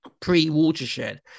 pre-Watershed